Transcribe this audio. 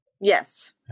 Yes